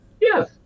yes